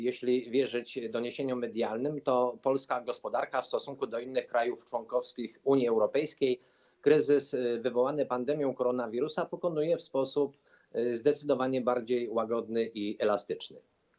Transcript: Jeśli wierzyć doniesieniom medialnym, polska gospodarka w stosunku do innych krajów członkowskich Unii Europejskiej kryzys wywołany pandemią koronawirusa pokonuje w sposób zdecydowanie bardziej łagodny i elastyczny.